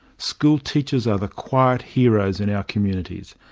school teachers are the quiet heroes in our communities,